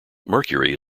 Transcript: mercury